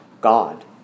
God